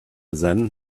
then